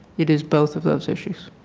it is both of those issues.